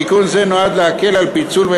תיקון זה נועד להקל על פיצול,